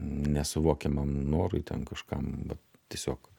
nesuvokiamam norui ten kažkam va tiesiog